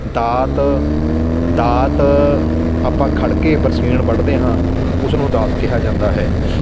ਦਾਤ ਦਾਤ ਆਪਾਂ ਖੜ੍ਹ ਕੇ ਬਰਸੀਨ ਵੱਢਦੇ ਹਾਂ ਉਸ ਨੂੰ ਦਾਤ ਕਿਹਾ ਜਾਂਦਾ ਹੈ